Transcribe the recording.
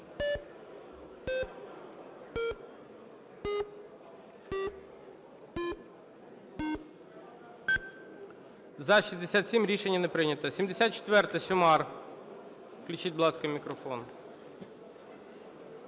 За-64 Рішення не прийнято. 74-а. Сюмар. Включіть, будь ласка, мікрофон.